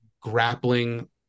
grappling